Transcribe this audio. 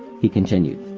he continued